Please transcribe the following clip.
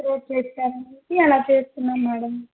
పిల్లలు చేస్తారని అలా చేస్తున్నాం మేడమ్